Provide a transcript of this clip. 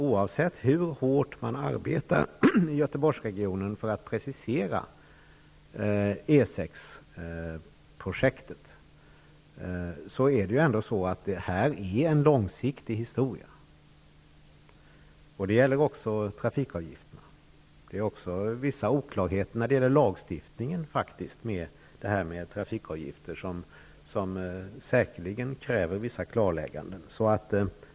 Oavsett hur hårt man arbetar i Göteborgsregionen för att precisera E 6-projektet är detta en långsiktig historia. Det gäller också trafikavgifterna. Det finns också vissa oklarheter när det gäller lagstiftningen beträffande detta med trafikavgifter. Det kommer säkerligen att kräva vissa klarlägganden.